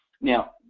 Now